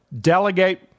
Delegate